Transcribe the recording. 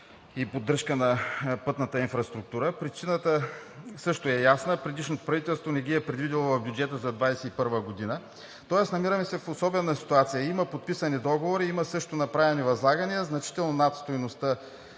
и поддръжка на пътната инфраструктура. Причината също е ясна – предишното правителство не ги е предвидило в бюджета за 2021 г., тоест намираме се в особена ситуация – има подписани договори, има също направени възлагания, значително над стойността